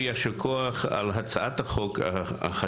אני רוצה לומר יישר כוח על הצעת החוק החשובה.